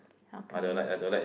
how come no